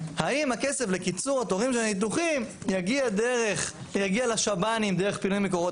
האם הכסף לקיצור התורים של הניתוחים יגיע לשב"נים דרך פינוי מקורות